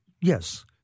Yes